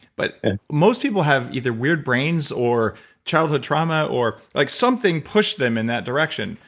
but and most people have either weird brains or childhood trauma or like something pushed them in that direction.